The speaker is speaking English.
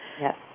Yes